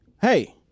hey